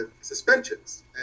suspensions